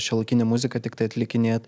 šiuolaikinę muziką tiktai atlikinėt